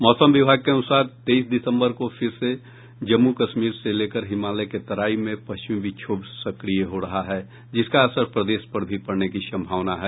मौसम विभाग के अनुसार तेईस दिसम्बर को फिर से जम्मू कश्मीर से लेकर हिमालय के तराई में पश्चिमी विक्षोभ सक्रिय हो रहा है जिसका असर प्रदेश पर भी पड़ने की सम्भावना है